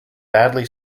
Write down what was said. badly